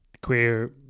queer